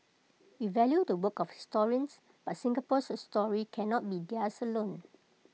we value the work of historians but Singapore's story cannot be theirs alone